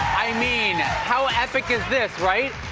i mean, how epic is this, right?